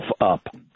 up